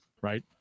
right